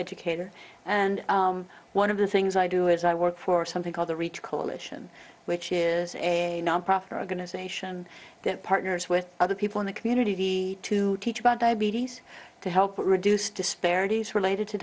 educator and one of the things i do is i work for something called the rita coalition which is a nonprofit organization that partners with other people in the community to teach about diabetes to help reduce disparities related to